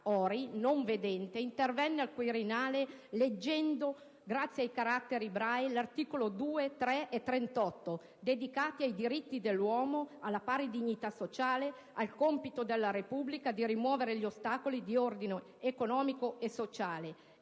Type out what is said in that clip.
Ori, non vedente, intervenne al Quirinale leggendo, grazie al sistema *braille*, gli articoli 2, 3 e 38, dedicati ai diritti dell'uomo, alla pari dignità sociale, al compito della Repubblica di rimuovere gli ostacoli di ordine economico e sociale